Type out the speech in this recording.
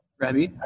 Rabbi